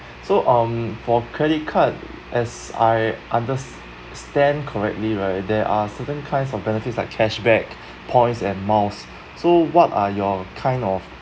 so um for credit card as I under stand correctly right there are certain kinds of benefits like cash back points and miles so what are your kind of